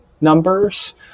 numbers